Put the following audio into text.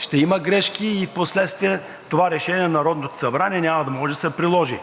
ще има грешки и впоследствие това решение на Народното събрание няма да може да се приложи.